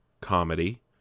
comedy